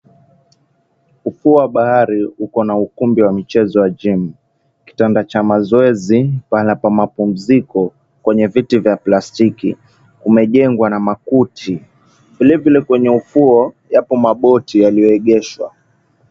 Ufuo wa bahari, uko na ukumbi wa mchezo wa jimu. Kitanda cha mazoezi, pahala pa mapumziko, kwenye viti vya plastiki umejengwa na makuti. Vile vile kwenye ufuo, yapo maboti yaliyoegeshwa.